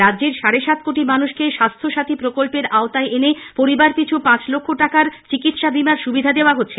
রাজ্যের সাড়ে সাত কোটি মানুষকে স্বাস্থ্যসাথী প্রকল্পের আওতায় এনে পরিবার পিছু পাঁচ লক্ষ টাকার চিকিৎসা বিমার সুবিধা দেওয়া হচ্ছে